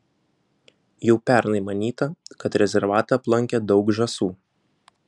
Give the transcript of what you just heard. jau pernai manyta kad rezervatą aplankė daug žąsų